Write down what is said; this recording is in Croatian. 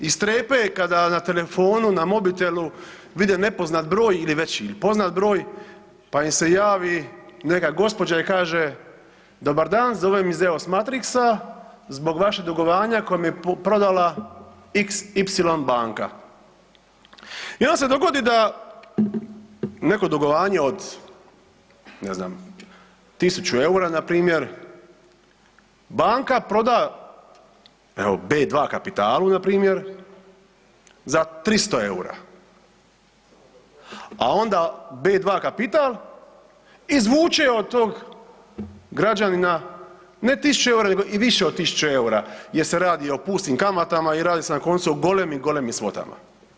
I strepe kada na telefonu, na mobitelu vide nepoznat broj ili već il poznat broj, pa im se javi neka gospođa i kaže „Dobar dan, zovem iz EOS Matrixa zbog vašeg dugovanje kojeg mi je prodala xy banaka“ i onda se dogodi da neko dugovanje od, ne znam, 1000 EUR-a npr. banka proda evo B2 Kapitalu npr. za 300 EUR-a, a onda B2 Kapital izvuče od tog građanina ne 1000 EUR-a nego i više od 1000 EUR-a jer se radi o pustim kamatama i radi se na koncu o golemim i golemim svotama.